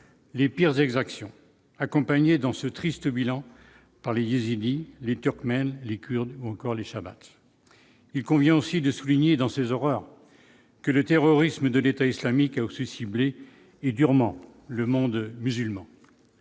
les pires exactions accompagnée dans ce triste bilan parlait yézidis les Turkmènes les Kurdes ou encore les shabbat, il convient aussi de souligner dans ces horreurs que le terrorisme de l'État islamique a aussi ciblé et durement le monde musulman.